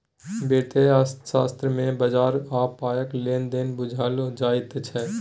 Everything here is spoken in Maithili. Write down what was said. वित्तीय अर्थशास्त्र मे बजार आ पायक लेन देन बुझाओल जाइत छै